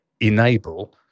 enable